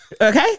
Okay